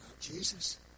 Jesus